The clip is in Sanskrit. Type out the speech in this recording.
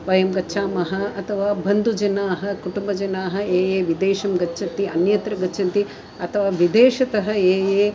वयं गच्छामः अथवा बन्धुजनाः कुटुम्बजनाः ये ये विदेशं गच्छन्ति अन्यत्र गच्छन्ति अथवा विदेशतः ये ये